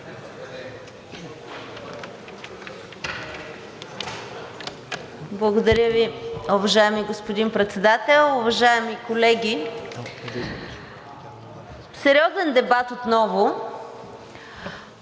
Благодаря Ви, уважаеми господин Председател. Уважаеми колеги, сериозен дебат отново.